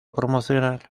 promocional